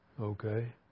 Okay